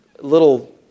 little